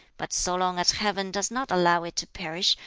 but so long as heaven does not allow it to perish,